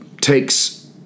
takes